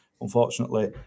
Unfortunately